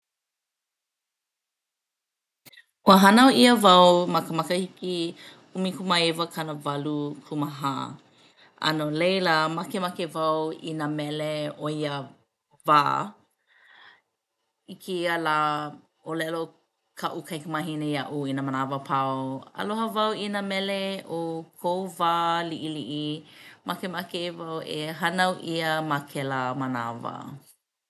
Ua hānau ʻia wau ma ka makahiki ʻumikūmāiwakanawalukūmāhā a no laila makemake wau i nā mele o ia wā. I kēia lā ʻōlelo kaʻu kaikamahine iaʻu i nā manawa apau aloha wau i nā mele o kou wā liʻiliʻi makemake wau e hānau ʻia ma kēlā manawa.